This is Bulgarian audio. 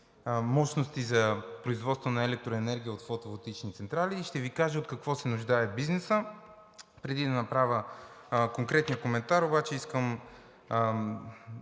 мощности за производство на електроенергия от фотоволтаични централи и ще Ви кажа от какво се нуждае бизнесът. Преди да направя конкретния коментар обаче искам